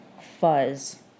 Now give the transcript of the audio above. fuzz